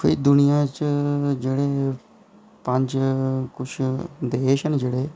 दिक्खो जी दुनिया च जेह्ड़े पंज कुछ देश न जेह्ड़े